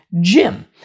gym